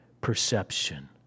perception